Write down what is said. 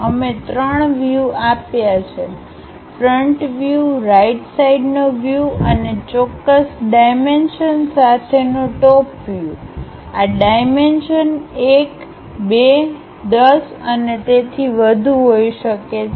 અમે ત્રણ વ્યૂ આપ્યા છે ફ્રન્ટ વ્યૂ રાઈટ સાઈડનો વ્યૂ અને ચોક્કસ ડાઈમેન્શન સાથેનો ટોપ વ્યૂ આ ડાઈમેન્શન 1 2 10 અને તેથી વધુ હોઈ શકે છે